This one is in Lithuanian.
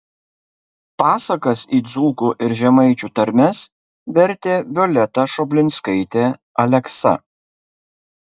pasakas į dzūkų ir žemaičių tarmes vertė violeta šoblinskaitė aleksa